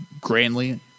grandly